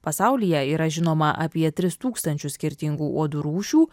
pasaulyje yra žinoma apie tris tūkstančius skirtingų uodų rūšių